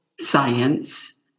science